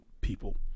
people